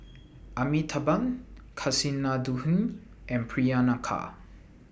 Amitabh Kasinadhuni and Priyanka